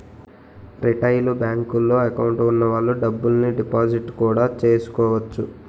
retail బేంకుల్లో account వున్న వాళ్ళు డబ్బుల్ని డిపాజిట్టు కూడా చేసుకోవచ్చు